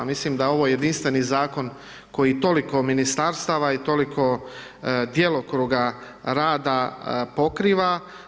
Mislim da je ovo jedinstveni Zakon koji toliko Ministarstava i toliko djelokruga rada pokriva.